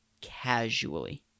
casually